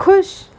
खुश